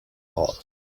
all